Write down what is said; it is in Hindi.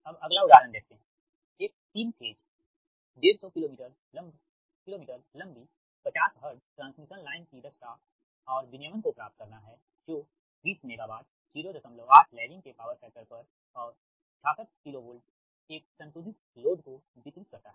अब अगला उदाहरण देखते है एक 3 फेज 150 किलो मीटर लंबी 50 हर्ट्ज ट्रांसमिशन लाइन की दक्षता और विनियमन को प्राप्त करना जो 20 मेगावाट 08 लैगिंग के पावर फैक्टर पर और 66 KV एक संतुलित लोड को वितरित करता है